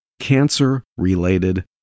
cancer-related